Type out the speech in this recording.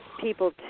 people